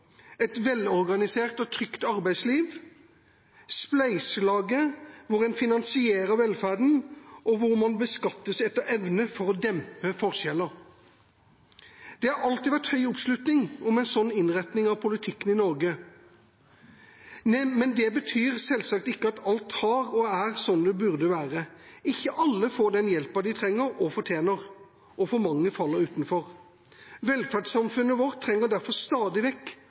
et velorganisert og trygt arbeidsliv og et spleiselag hvor man finansierer velferden, og hvor man beskattes etter evne for å dempe forskjeller. Det har alltid vært høy oppslutning om en sånn innretting av politikken i Norge, men det betyr selvsagt ikke at alt har vært og er som det burde være. Ikke alle får den hjelpen de trenger og fortjener, og for mange faller utenfor. Velferdssamfunnet vårt trenger derfor stadig